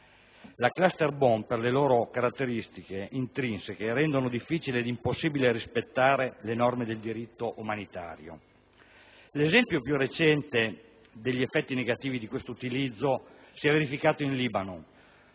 Le *cluster bomb*, per le loro caratteristiche intrinseche, rendono difficile ed impossibile rispettare le norme del diritto umanitario. L'esempio più recente degli effetti negativi dell'utilizzo di queste bombe si è verificato in Libano,